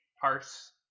Parse